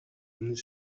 миний